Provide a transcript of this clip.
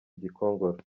gikongoro